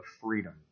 freedom